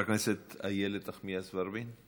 חברת הכנסת איילת נחמיאס ורבין,